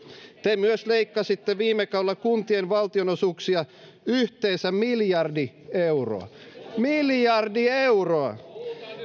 te myös leikkasitte viime kaudella kuntien valtionosuuksia yhteensä miljardi euroa miljardi euroa